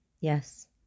Yes